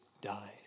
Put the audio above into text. dies